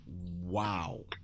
Wow